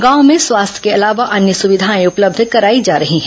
गांव में स्वास्थ्य के अलावा अन्य सुविधाएं उपलब्ध कराई जा रही है